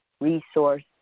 resource